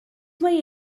mae